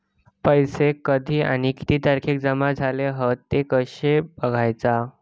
पैसो कधी आणि किती तारखेक जमा झाले हत ते कशे बगायचा?